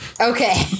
Okay